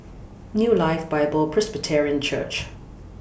New Life Bible Presbyterian Church